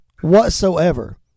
whatsoever